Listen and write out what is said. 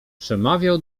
przemawiał